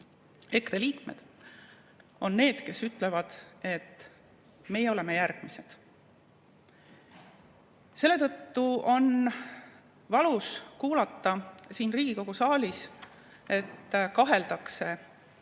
EKRE liikmed, ütlevad, et meie oleme järgmised. Selle tõttu on valus kuulda siin Riigikogu saalis, kui kaheldakse